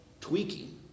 tweaking